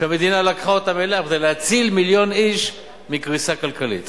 שהמדינה לקחה אותן אליה כדי להציל מיליון איש מקריסה כלכלית.